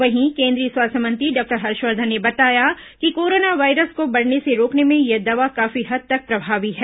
वहीं केन्द्रीय स्वास्थ्य मंत्री डॉक्टर हर्षवर्धन ने बताया कि कोरोना वायरस को बढ़ने से रोकने में यह दवा काफी हद तक प्रभावी है